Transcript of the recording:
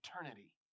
eternity